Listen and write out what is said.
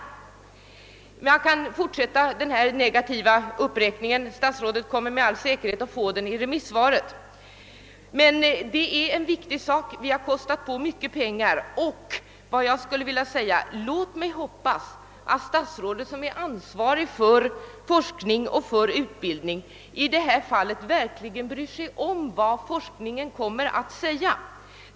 Jag skulle kunna fortsätta den här negativa uppräkningen men statsrådet kommer med all säkerhet att få den i remissvaren. Detta är dock en viktig sak som vi lagt ut mycket pengar på. Jag vill hoppas att statsrådet som ansvarig för forskning och utbildning i detta fall verkligen bryr sig om vad forskarna kommer att säga.